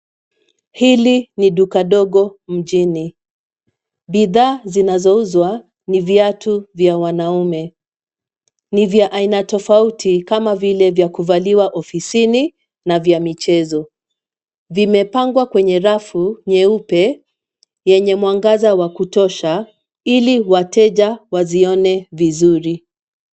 Hili ni duka dogo mjini, bidhaa zinazouzwa ni viatu vya wanaume ni vya aina tofauti kama vile; vya kuvaliwa ofisini na vya michezo. Vimepangwa kwenye rafu nyeupe yenye mwangaza wa kutosha ili wateja wazione vizuri.